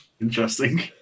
Interesting